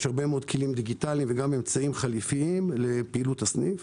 יש הרבה מאוד כלים דיגיטליים וגם אמצעים חליפיים לפעילות הסניף.